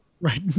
Right